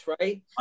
right